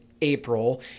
April